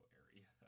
area